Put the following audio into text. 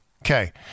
Okay